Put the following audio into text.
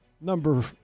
Number